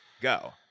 go